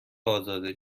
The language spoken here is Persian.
ازاده